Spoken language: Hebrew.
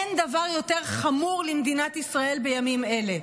אין דבר יותר חמור למדינת ישראל בימים אלה.